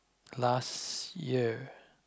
last year